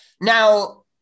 now